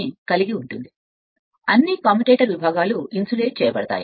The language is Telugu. మీరు చూస్తే ఇది అన్ని కమ్యుటేటర్ విభాగాలు ఇన్సులేట్ చేయబడతాయి